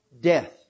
death